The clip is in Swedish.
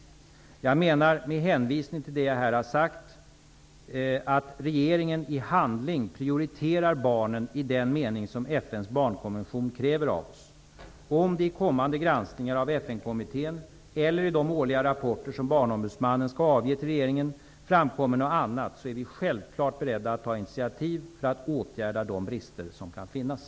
Jag menar, med hänvisning till det jag har sagt tidigare i mitt svar, att regeringen i handling prioriterar barnen i den mening som FN:s barnkonvention kräver av oss. Om det i kommande granskningar av FN-kommittén eller i de årliga rapporter som barnombudsmannen skall avge till regeringen framkommer något annat, är vi självklart beredda att ta initativ för att åtgärda de brister som kan finnas.